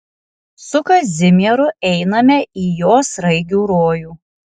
su kazimieru einame į jo sraigių rojų